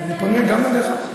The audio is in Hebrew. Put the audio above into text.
אני פונה גם אליך.